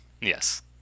yes